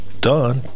done